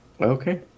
Okay